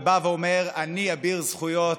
הוא בא ואומר: אני אביר זכויות,